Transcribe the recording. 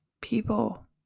people